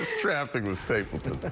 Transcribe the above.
here's traffic with stapleton. but